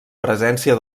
presència